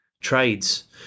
Trades